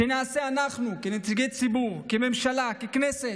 שנעשה אנחנו כנציגי ציבור, כממשלה, ככנסת,